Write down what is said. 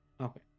Okay